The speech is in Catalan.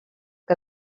que